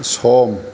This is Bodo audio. सम